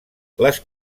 les